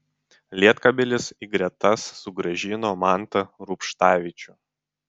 lietkabelis į gretas sugrąžino mantą rubštavičių